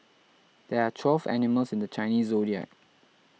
there are twelve animals in the Chinese zodiac